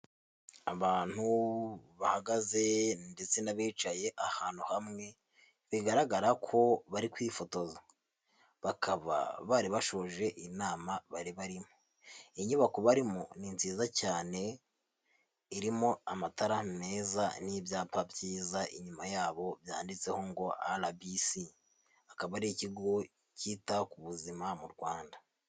Abantu bahagaze ndetse n'abicaye ahantu hamwe bigaragara ko bari kwifotoza, bakaba bari bashoje inama bari barimo, inyubako barimo ni nziza cyane, irimo amatara meza n'ibyapa byiza inyuma yabo byanditseho ngo RBC, akaba ari ikigo cyita ku buzima mu Rwanda.